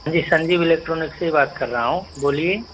हाँ जी संजीव इलेक्ट्रॉनिक से ही बात कर रहा हूँ बोलिए